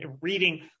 reading